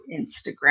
Instagram